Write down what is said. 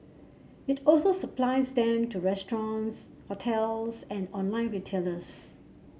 it also supplies them to restaurants hotels and online retailers